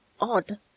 odd